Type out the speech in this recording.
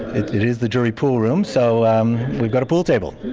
it is the jury pool room, so um we've got a pool table.